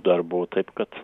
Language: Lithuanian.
darbų taip kad